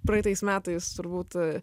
praeitais metais turbūt